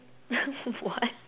what